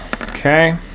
Okay